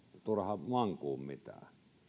turha mankua mitään